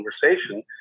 conversation